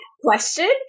question